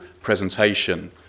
presentation